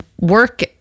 work